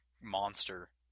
monster